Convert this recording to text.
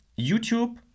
YouTube